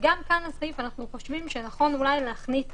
גם כאן בסעיף אנחנו חושבים שנכון לא להסתכל